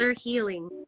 healing